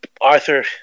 Arthur